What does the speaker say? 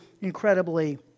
incredibly